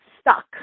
stuck